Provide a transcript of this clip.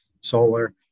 solar